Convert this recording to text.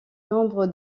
nombre